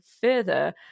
further –